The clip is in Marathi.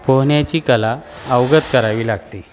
पोहण्याची कला अवगत करावी लागते